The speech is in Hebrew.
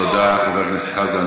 תודה, חבר הכנסת חזן.